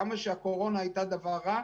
כמה שהקורונה הייתה דבר רע,